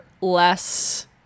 less